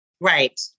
Right